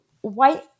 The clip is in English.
white